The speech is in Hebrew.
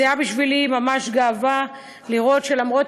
זו הייתה בשבילי ממש גאווה לראות שלמרות